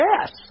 yes